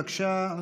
בבקשה,